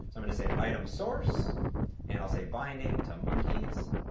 i'm going to say, item source and i'll say binding to monkeys.